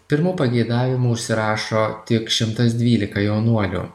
pirmu pageidavimu užsirašo tik šimtas dvylika jaunuolių